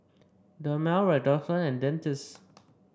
Dermale Redoxon and Dentiste